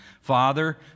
Father